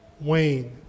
Wayne